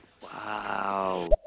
Wow